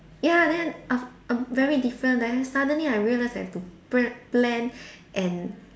ya then af~ af~ very different leh suddenly I realised I have to pl~ plan and